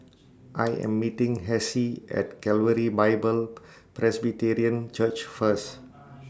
I Am meeting Hessie At Calvary Bible Presbyterian Church First